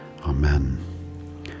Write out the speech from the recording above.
Amen